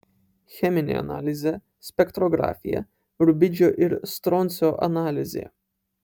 cheminė analizė spektrografija rubidžio ir stroncio analizė